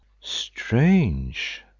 strange